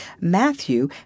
Matthew